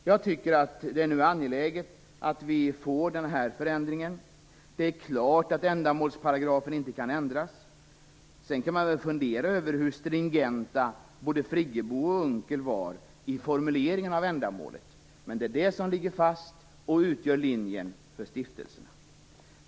Jag tycker att det är angeläget att vi nu får den här förändringen. Det är klart att ändamålsparagrafen inte kan ändras. Sedan kan man fundera över hur stringenta såväl Birgit Friggebo som Per Unckel var i formuleringarna av ändamålet. Men det är det som ligger fast och utgör linjen för stiftelserna.